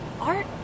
Art